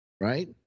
Right